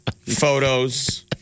Photos